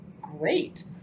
great